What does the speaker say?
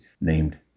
named